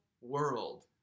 world